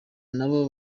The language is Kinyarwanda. nabo